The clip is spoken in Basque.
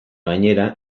gainera